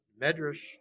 Medrash